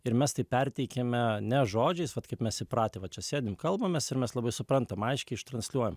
ir mes tai perteikiame ne žodžiais vat kaip mes įpratę va čia sėdim kalbamės ir mes labai suprantamai aiškiai transliuojam